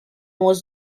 was